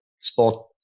sport